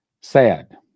sad